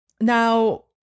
now